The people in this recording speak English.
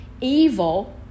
evil